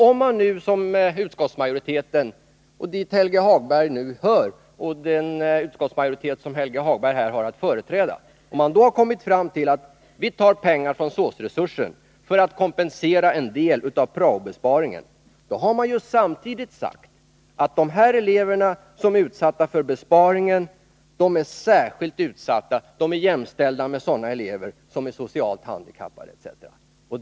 Om man, i likhet med den utskottsmajoritet som Helge Hagberg här har att företräda, hävdar att det skall tas pengar från SÅS-resurserna för att kompensera en del av prao-besparingen har man samtidigt sagt att de elever som berörs av besparingen är särskilt utsatta — de är jämställda med sådana elever som är socialt handikappade etc.